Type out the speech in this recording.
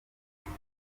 nuko